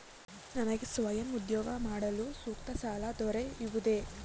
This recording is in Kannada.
ನನಗೆ ಸ್ವಯಂ ಉದ್ಯೋಗ ಮಾಡಲು ಸೂಕ್ತ ಸಾಲ ದೊರೆಯುತ್ತದೆಯೇ?